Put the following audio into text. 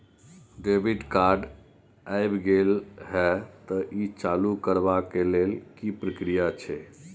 Debit card ऐब गेल हैं त ई चालू करबा के लेल की प्रक्रिया छै?